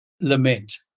lament